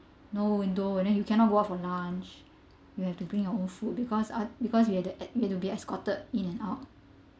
no window and then you cannot go out for lunch you have to bring your own food because uh because you have to e~ to be escorted in and out